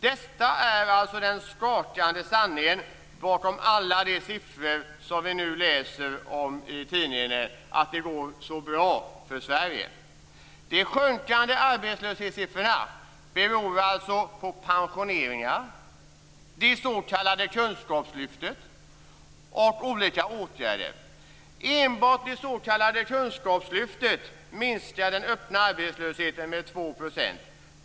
Detta är alltså den skakande sanningen bakom alla siffror när vi i tidningarna läser om att det går bra för Sverige. De sjunkande arbetslöshetssiffrorna beror alltså på pensioneringar, det s.k. kunskapslyftet och olika åtgärder. Enbart det s.k. kunskapslyftet minskar den öppna arbetslösheten med 2 %.